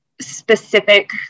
specific